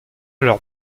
leur